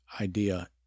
idea